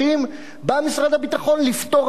בא משרד הביטחון לפטור מאחריות.